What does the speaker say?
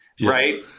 right